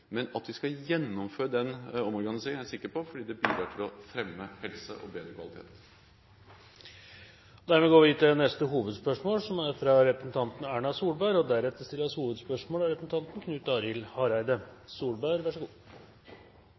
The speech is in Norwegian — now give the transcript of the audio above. Men at vi skal gjennomføre den omorganiseringen, er jeg sikker på, fordi det bidrar til å fremme helse og bedre kvalitet. Vi går til neste hovedspørsmål. Hvis man ser på de internasjonale nyhetssendingene hver dag, er